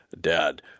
Dad